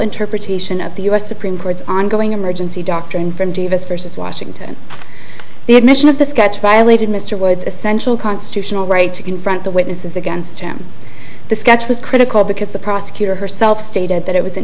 interpretation of the u s supreme court's ongoing emergency doctrine from davis versus washington the admission of the sketch violated mr ward's essential constitutional right to confront the witnesses against him the sketch was critical because the prosecutor herself stated that it was an